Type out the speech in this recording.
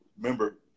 remember